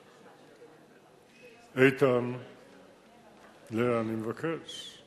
איתן, לאה, אני מבקש,